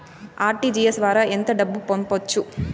RTGS ద్వారా ఎంత డబ్బు పంపొచ్చు?